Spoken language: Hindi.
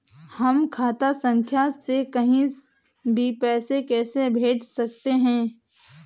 हम खाता संख्या से कहीं भी पैसे कैसे भेज सकते हैं?